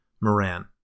Moran